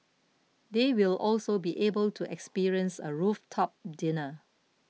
they will also be able to experience a rooftop dinner